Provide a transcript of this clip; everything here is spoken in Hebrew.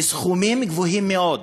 סכומים גבוהים מאוד.